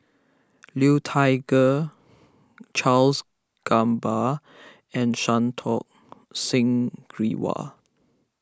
Liu Thai Ker Charles Gamba and Santokh Singh Grewal